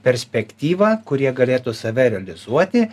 perspektyvą kur jie galėtų save realizuoti